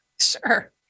Sure